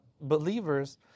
believers